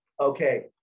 Okay